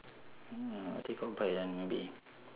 ya take up bike then maybe